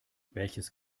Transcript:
welches